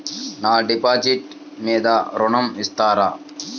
నా డిపాజిట్ మీద ఋణం ఇస్తారా?